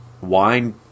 wine